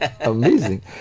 amazing